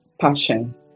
passion